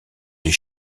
les